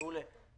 מעולה.